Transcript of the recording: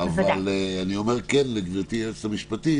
אבל אני אומר כן לגברתי היועצת המשפטית